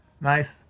Nice